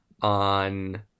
on